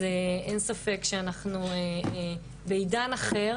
אז אין ספק שאנחנו בעידן אחר.